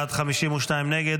45 בעד, 52 נגד.